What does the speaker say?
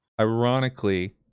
Ironically